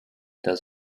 does